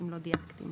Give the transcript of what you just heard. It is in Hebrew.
דייקת.